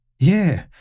Yeah